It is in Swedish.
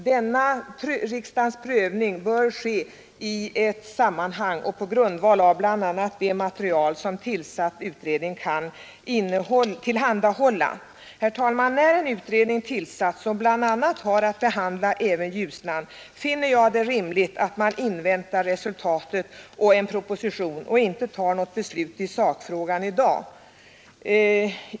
Denna riksdagens prövning bör ske i ett sammanhang och på grundval av bl.a. det material som tillsatt utredning kan tillhandahålla.” Herr talman! När en utredning tillsatts, som bl.a. har att behandla även Ljusnan, finner jag det rimligt att man inväntar resultatet och proposition och inte fattar något beslut i sakfrågan i dag.